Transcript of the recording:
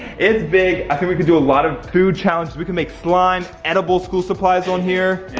it's big. i think we could do a lot of food challenges. we could make slime, edible school supplies on here.